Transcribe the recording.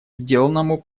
сделанному